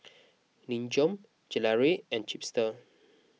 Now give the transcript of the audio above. Nin Jiom Gelare and Chipster